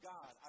God